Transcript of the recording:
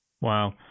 Wow